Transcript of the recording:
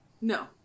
No